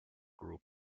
group